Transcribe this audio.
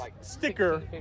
sticker